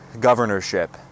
governorship